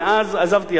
מאז עזבתי,